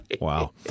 Wow